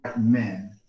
men